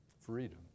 Freedom